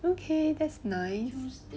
okay that's nice